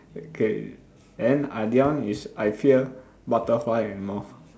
okay then other one is I fear butterfly and moth